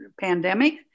pandemic